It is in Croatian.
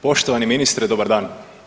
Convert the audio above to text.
Poštovani ministar dobar dan.